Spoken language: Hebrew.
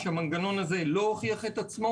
שהמנגנון הזה לא הוכיח את עצמו.